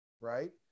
right